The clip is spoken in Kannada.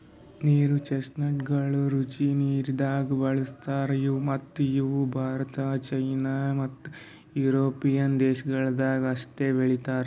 ನೀರು ಚೆಸ್ಟ್ನಟಗೊಳ್ ರುಚಿ ನೀರದಾಗ್ ಬೆಳುಸ್ತಾರ್ ಮತ್ತ ಇವು ಭಾರತ, ಚೀನಾ ಮತ್ತ್ ಯುರೋಪಿಯನ್ ದೇಶಗೊಳ್ದಾಗ್ ಅಷ್ಟೆ ಬೆಳೀತಾರ್